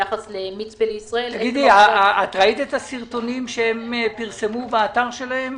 ראית את הסרטונים שהם פרסמו באתר שלהם?